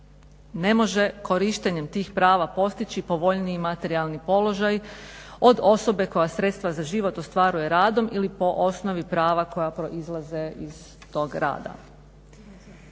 ne može korištenjem tih prava postići povoljniji materijalni položaj od osobe koja sredstva za život ostvaruje radom ili po osnovi prava koja proizlaze iz tog rada.